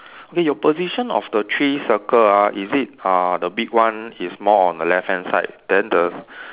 okay your position of the three circle ah is it uh the big one is more on the left hand side then the